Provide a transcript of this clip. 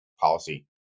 policy